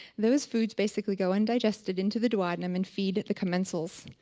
those foods basically go undigested into the duodenum and feed at the commensals.